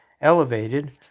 elevated